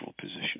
position